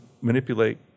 manipulate